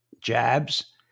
jabs